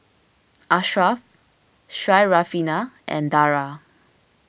Ashraf Syarafina and Dara